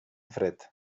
fred